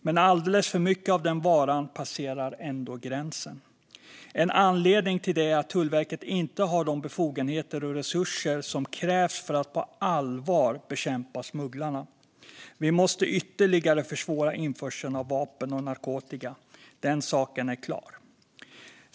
Men alldeles för mycket av den varan passerar ändå gränsen. En anledning till det är att Tullverket inte har de befogenheter och resurser som krävs för att på allvar bekämpa smugglarna. Vi måste ytterligare försvåra införseln av vapen och narkotika. Den saken är klar.